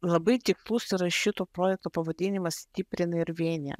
labai tikslus surašytų projekto pavadinimas stiprina ir vienija